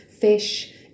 fish